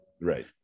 Right